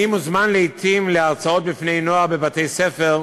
אני מוזמן לעתים להרצאות בפני נוער בבתי-ספר,